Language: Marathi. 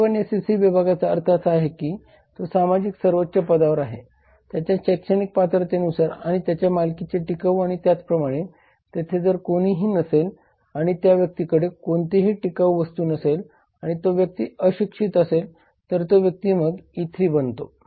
A1 SEC विभागाचा अर्थ असा की तो समाजातील सर्वोच्च पदावर आहे त्याच्या शैक्षणिक पात्रतेनुसार आणि त्याच्या मालकीचे टिकाऊ आणि त्याचप्रमाणे तेथे जर कोणीही नसेल आणि त्या व्यक्तीकडे कोणतेही टिकाऊ वस्तू नसेल आणि तो व्यक्ती अशिक्षित असेल तर तो व्यक्ती मग E3 बनतो